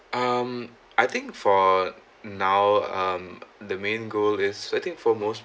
um I think for now um the main goal is I think for most